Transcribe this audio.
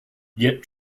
yet